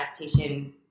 adaptation